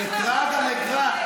אל תגידי לי מה לעשות.